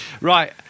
Right